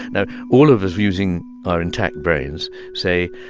now, all of us using our intact brains say,